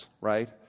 right